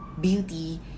beauty